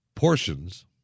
Portions